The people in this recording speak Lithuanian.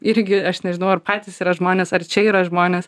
irgi aš nežinau ar patys yra žmonės ar čia yra žmonės